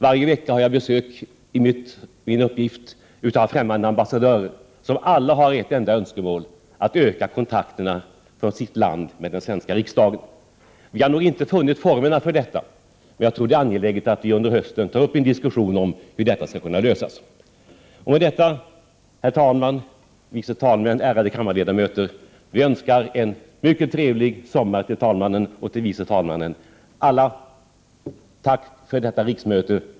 Varje vecka har jag till uppgift att ta emot besök av främmande länders ambassadörer. De har alla ett enda önskemål, nämligen att öka kontakten mellan sitt land och den svenska riksdagen. Vi har nog ännu inte funnit former för detta. Jag tror att det är angeläget att vi under hösten tar upp en diskussion om hur detta skall kunna lösas. Med detta, herr talman, vice talmän, ärade kammarledamöter, önskar vi talmannen och de vice talmännen en mycket trevlig sommar. Tack för detta riksmöte.